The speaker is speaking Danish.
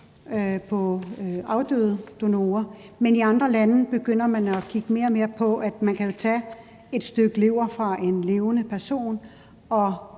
fra afdøde donorer, men i andre lande begynder man mere og mere at kigge på, at man kan tage et stykke lever fra en levende person og